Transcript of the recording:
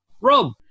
Rob